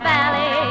Valley